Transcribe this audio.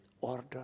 order